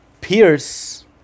pierce